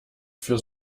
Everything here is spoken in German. für